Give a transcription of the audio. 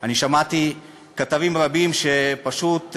אני שמעתי כתבים רבים שפשוט,